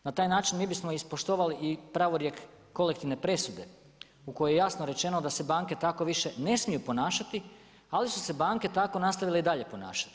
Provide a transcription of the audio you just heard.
Na taj način mi bismo ispoštovali i pravorijek kolektivne presude, u kojoj jasno rečeno da se banke tako više ne smiju ponašati, ali su se banke tako nastavile i dalje ponašati.